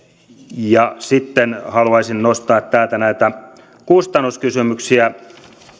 sitten haluaisin nostaa täältä näitä kustannuskysymyksiä